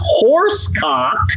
Horsecock